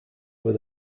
were